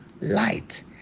light